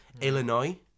Illinois